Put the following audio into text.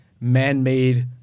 man-made